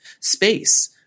space